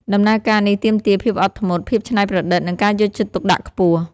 ដំណើរការនេះទាមទារភាពអត់ធ្មត់ ភាពច្នៃប្រឌិត និងការយកចិត្តទុកដាក់ខ្ពស់។